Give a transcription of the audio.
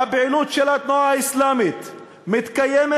הפעילות של התנועה האסלאמית מתקיימת